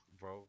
bro